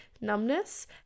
numbness